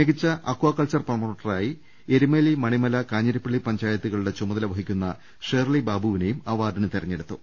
മികച്ച അകാ കൾച്ചർ പ്രമോട്ടറായി ് എരുമേലി മണി മല കാഞ്ഞിരപ്പള്ളി പഞ്ചായത്തുകളുടെ ചുമതല വഹിക്കുന്ന ഷേർളി ബാബുവിനെയും അവാർഡിന് തിരഞ്ഞെടുത്തു